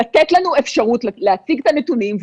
לתת לנו אפשרות להציג את הנתונים,